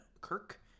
Kirk